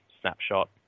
snapshot